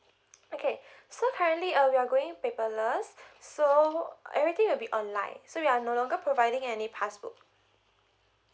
okay so currently uh we are going paperless so everything will be online so we are no longer providing any passbook